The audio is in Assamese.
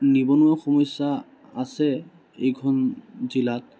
নিবনুৱা সমস্যা আছে এইখন জিলাত